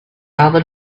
other